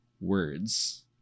words